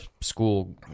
school